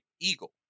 Eagle